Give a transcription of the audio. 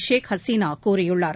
ஷேக் ஹசீனா கூறியுள்ளார்